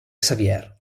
xavier